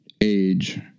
age